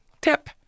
Tip